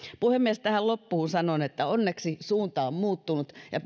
puhemies tähän loppuun sanon että onneksi suunta on muuttunut ja